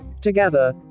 together